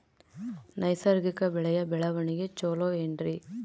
ನೈಸರ್ಗಿಕ ಬೆಳೆಯ ಬೆಳವಣಿಗೆ ಚೊಲೊ ಏನ್ರಿ?